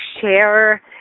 share